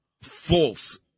false